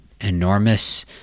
enormous